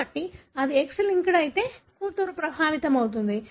కాబట్టి అది X linked అయితే కూతురు ప్రభావితమవుతుంది